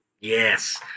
yes